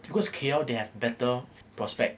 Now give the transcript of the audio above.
because K_L they have better prospect